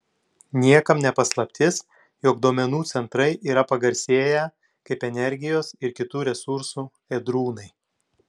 niekam ne paslaptis jog duomenų centrai yra pagarsėję kaip energijos ir kitų resursų ėdrūnai